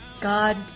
God